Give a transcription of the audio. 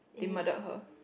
they murder her